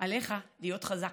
עליך להיות חזק.